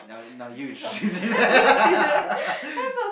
now now you introduce yourself